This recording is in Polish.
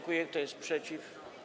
Kto jest przeciw?